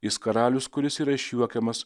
jis karalius kuris yra išjuokiamas